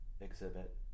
exhibit